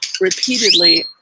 repeatedly